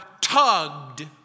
tugged